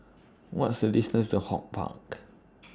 What IS The distance to Holt Park